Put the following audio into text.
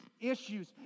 issues